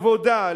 עבודה,